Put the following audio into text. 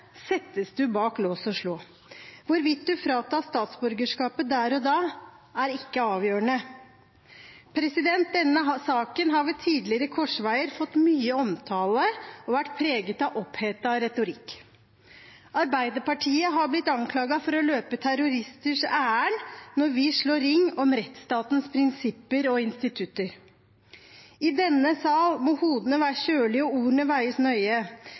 settes du bak lås og slå. Hvorvidt du fratas statsborgerskapet der og da, er ikke avgjørende. Denne saken har ved tidligere korsveier fått mye omtale og vært preget av opphetet retorikk. Arbeiderpartiet har blitt anklaget for å løpe terroristers ærend når vi slår ring om rettsstatens prinsipper og institutter. I denne sal må hodene være kjølige og ordene veies nøye.